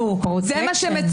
יגיד לכולנו, זה מה שמצופה.